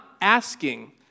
asking